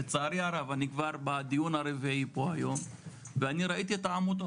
לצערי הרב אני כבר בדיון הרביעי פה היום ואני ראיתי את העמותות